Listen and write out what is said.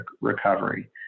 recovery